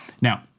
Now